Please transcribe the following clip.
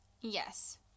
Yes